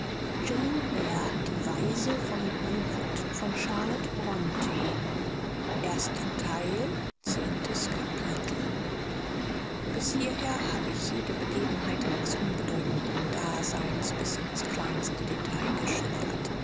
zehntes kapitel bis hierher habe ich jede begebenheit meines unbedeutenden daseins bis ins kleinste detail geschildert